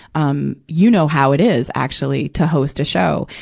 um you know how it is, actually, to host a show.